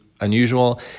unusual